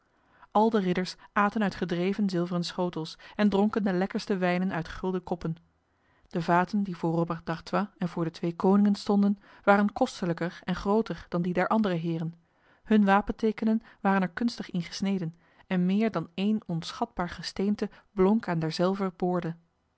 al de ridders aten uit gedreven zilveren schotels en dronken de lekkerste wijnen uit gulden koppen de vaten die voor robert d'artois en voor de twee koningen stonden waren kostelijker en groter dan die der andere heren hun wapentekenen waren er kunstig ingesneden en meer dan een onschatbaar gesteente blonk aan derzelver boorden